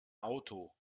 auto